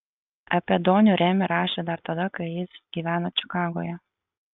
apie donių remį rašė dar tada kai jis gyveno čikagoje